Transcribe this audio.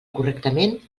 correctament